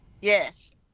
Yes